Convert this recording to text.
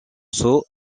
sault